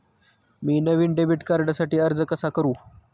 मी नवीन डेबिट कार्डसाठी अर्ज कसा करू?